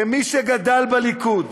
כמי שגדל בליכוד